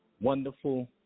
wonderful